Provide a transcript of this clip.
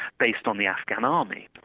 based on the afghan army.